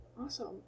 Awesome